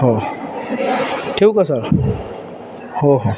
हो ठेवू का सर हो हो